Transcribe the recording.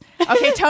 Okay